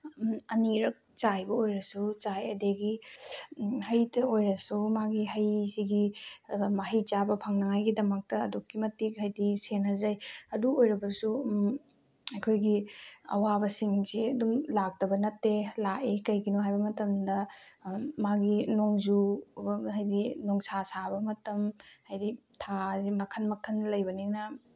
ꯑꯅꯤꯔꯛ ꯆꯥꯏꯕ ꯑꯣꯏꯔꯁꯨ ꯆꯥꯏ ꯑꯗꯒꯤ ꯍꯩꯇ ꯑꯣꯏꯔꯁꯨ ꯃꯥꯒꯤ ꯍꯩꯁꯤꯒꯤ ꯃꯍꯩ ꯆꯥꯕ ꯐꯪꯅꯉꯥꯏꯒꯤꯗꯃꯛꯇ ꯑꯗꯨꯛꯀꯤ ꯃꯇꯤꯛ ꯍꯥꯏꯗꯤ ꯁꯦꯟꯅꯖꯩ ꯑꯗꯨ ꯑꯣꯏꯔꯕꯁꯨ ꯑꯩꯈꯣꯏꯒꯤ ꯑꯋꯥꯕꯁꯤꯡꯁꯤ ꯑꯗꯨꯝ ꯂꯥꯛꯇꯕ ꯅꯠꯇꯦ ꯂꯥꯛꯏ ꯀꯩꯒꯤꯅꯣ ꯍꯥꯏꯕ ꯃꯇꯝꯗ ꯃꯥꯒꯤ ꯅꯣꯡꯖꯨ ꯍꯥꯏꯗꯤ ꯅꯨꯡꯁꯥ ꯁꯥꯕ ꯃꯇꯝ ꯍꯥꯏꯗꯤ ꯊꯥꯁꯦ ꯃꯈꯟ ꯃꯈꯟ ꯂꯩꯕꯅꯤꯅ